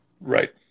Right